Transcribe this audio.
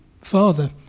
father